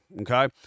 Okay